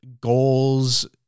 goals